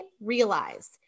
realize